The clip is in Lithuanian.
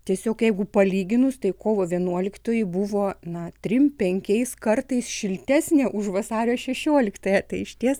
tiesiog jeigu palyginus tai kovo vienuoliktoji buvo na trim penkiais kartais šiltesnė už vasario šešioliktąją tai išties